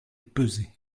pesé